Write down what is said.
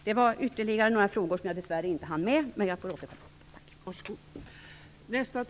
Det finns några ytterligare frågor som jag dessvärre inte hinner med, men jag får återkomma till dem.